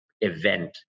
event